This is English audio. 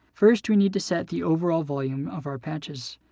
first, we need to set the overall volume of our patches.